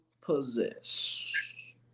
possess